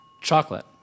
Chocolate